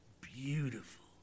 beautiful